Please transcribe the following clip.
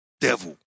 devil